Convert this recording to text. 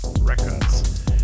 records